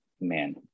man